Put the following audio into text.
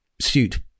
suit